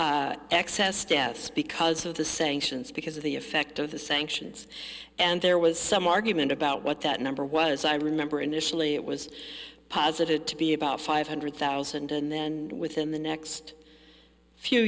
excess deaths because of the sanctions because of the effect of the sanctions and there was some argument about what that number was i remember initially it was posited to be about five hundred thousand and then within the next a few